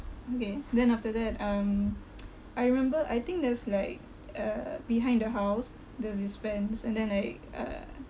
okay then after that um I remember I think there's like uh behind the house there's this fence and then like uh